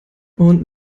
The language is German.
und